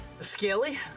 Scaly